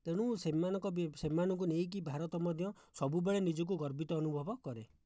ତେଣୁ ସେମାନଙ୍କ ସେମାନଙ୍କୁ ନେଇକି ଭାରତ ମଧ୍ୟ ସବୁବେଳେ ନିଜକୁ ଗର୍ବିତ ଅନୁଭବ କରେ